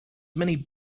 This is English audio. many